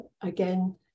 again